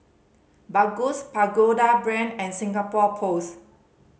Baggus Pagoda Brand and Singapore Post